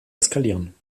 eskalieren